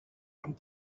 one